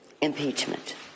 Impeachment